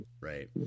Right